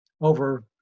over